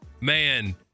man